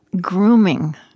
grooming